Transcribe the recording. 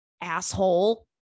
Asshole